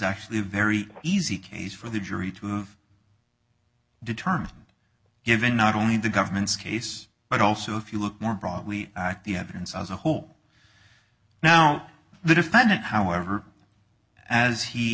actually a very easy case for the jury to have determined given not only in the government's case but also if you look more broadly at the evidence as a whole now the defendant however as he